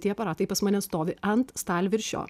tie aparatai pas mane stovi ant stalviršio